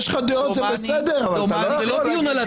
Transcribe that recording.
מה הדיון?